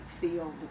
feel